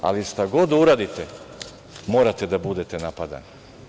Ali, šta god da uradite morate da budete napadani.